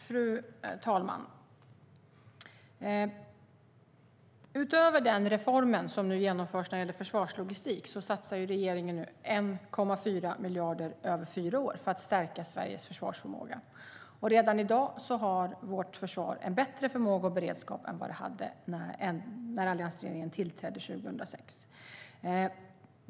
Fru talman! Utöver den reform som nu genomförs när det gäller försvarslogistik satsar regeringen 1,4 miljarder över fyra år för att stärka Sveriges försvarsförmåga. Redan i dag har vårt försvar en bättre förmåga och beredskap än vad det hade när alliansregeringen tillträdde 2006.